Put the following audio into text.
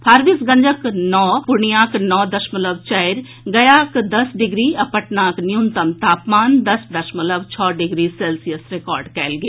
फारबिसगंजक नओ डिग्री पूर्णियांक नओ दशमलव चारि गयाक दस डिग्री आ पटनाक न्यूनतम तापमान दस दशमलव छओ डिग्री सेल्सियस रिकॉर्ड कयल गेल